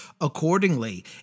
accordingly